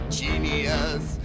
genius